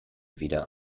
wieder